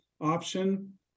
option